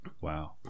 wow